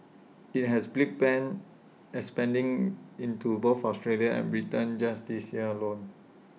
IT has big plans expanding into both Australia and Britain just this year alone